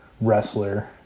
wrestler